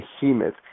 behemoth